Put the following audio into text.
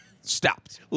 stopped